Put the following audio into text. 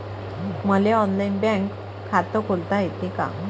मले online bank खात खोलता येते का?